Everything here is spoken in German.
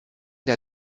der